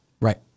right